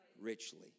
richly